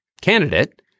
candidate